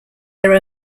their